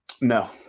No